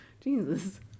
Jesus